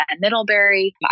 Middlebury